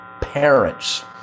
parents